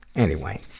anyway,